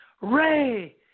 Ray